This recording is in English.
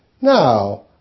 Now